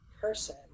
person